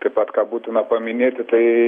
taip pat ką būtina paminėti tai